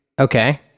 Okay